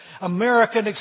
American